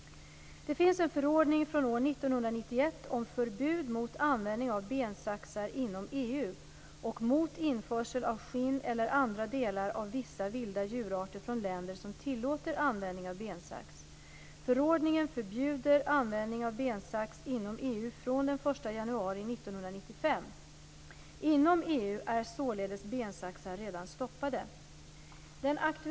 Det finns en förordning från 1991 om förbud mot användning av bensaxar inom EU och mot införsel av skinn eller andra delar av vissa vilda djurarter från länder som tillåter användning av bensax. Förordningen förbjuder användning av bensax inom EU från den 1 januari 1995. Inom EU är således bensaxar redan stoppade.